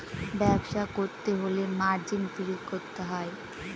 ব্যবসা করতে হলে মার্জিন ফিল করতে হয়